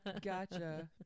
Gotcha